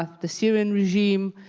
the syrian regime,